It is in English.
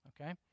Okay